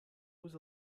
was